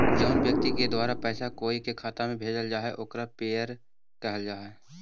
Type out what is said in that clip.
जउन व्यक्ति के द्वारा पैसा कोई के खाता में भेजल जा हइ ओकरा पेयर कहल जा हइ